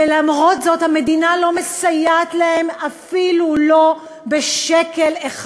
ולמרות זאת המדינה לא מסייעת להם אפילו לא בשקל אחד.